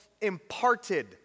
imparted